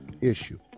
issue